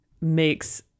makes